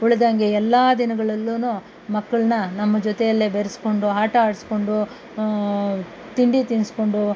ಉಳಿದಂತೆ ಎಲ್ಲ ದಿನಗಳಲ್ಲೂ ಮಕ್ಕಳನ್ನ ನಮ್ಮ ಜೊತೆಯಲ್ಲೇ ಬೆರೆಸ್ಕೊಂಡು ಆಟ ಆಡಿಸ್ಕೊಂಡು ತಿಂಡಿ ತಿನ್ನಿಸ್ಕೊಂಡು